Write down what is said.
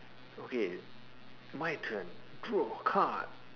okay my turn draw a card